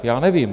Já nevím.